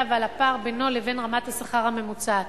ועל הפער בינו לבין רמת השכר הממוצעת.